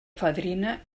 fadrina